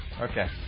Okay